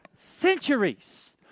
centuries